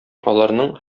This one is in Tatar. аларның